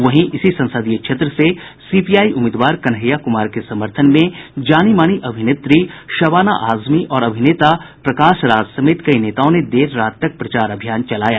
वहीं इसी संसदीय क्षेत्र से सीपीआई उम्मीदवार कन्हैया कुमार के समर्थन में जानी मानी अभिनेत्री शबाना आजमी और अभिनेता प्रकाश राज समेत कई नेताओं ने देर रात तक प्रचार अभियान चलाया